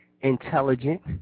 intelligent